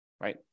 Right